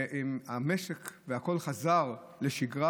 המשק והכול חזרו לשגרה.